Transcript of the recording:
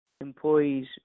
employees